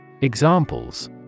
Examples